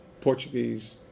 Portuguese